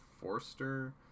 Forster